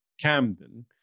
camden